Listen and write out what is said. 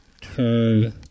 turn